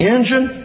Engine